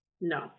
No